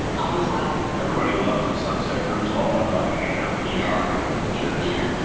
all is well. everybody loves a sunset cruise followed up by hanging out in the ah er in uncomfortable chairs. yeah,